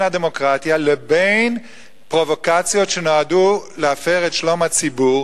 הדמוקרטיה לבין פרובוקציות שנועדו להפר את שלום הציבור.